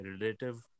relative